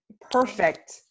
perfect